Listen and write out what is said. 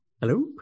hello